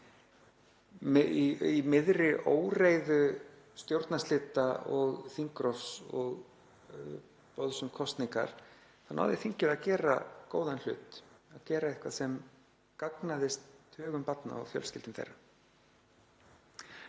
í miðri óreiðu stjórnarslita og þingrofs og boðs um kosningar að gera góðan hlut, að gera eitthvað sem gagnaðist tugum barna og fjölskyldum þeirra.